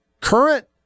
current